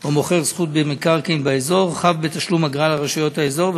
או מוכר זכות במקרקעין באזור חב בתשלום אגרה לרשויות האזור,